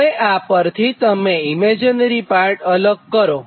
હવે આ પરથી તમે રીયલ અને ઇમેજીનરી પાર્ટ અલગ કરો